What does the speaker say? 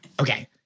Okay